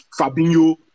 Fabinho